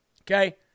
okay